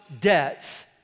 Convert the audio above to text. debts